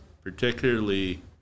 particularly